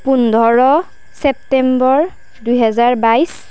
পোন্ধৰ চেপ্তেম্বৰ দুই হাজাৰ বাইশ